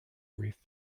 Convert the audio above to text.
with